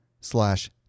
slash